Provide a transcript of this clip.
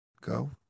Go